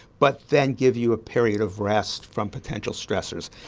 but then give you a period of rest from potential stressors.